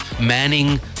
manning